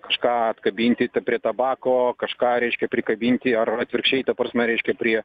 kažką atkabinti prie tabako kažką reiškia prikabinti ar atvirkščiai ta prasme reiškia prie